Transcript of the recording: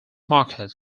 market